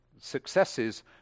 Successes